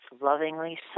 lovingly